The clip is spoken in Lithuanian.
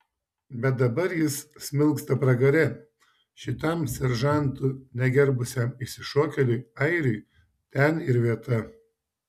bet dabar jis smilksta pragare šitam seržantų negerbusiam išsišokėliui airiui ten ir vieta